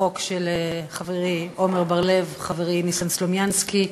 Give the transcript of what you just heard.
החוק של חברי עמר בר-לב וחברי ניסן סלומינסקי.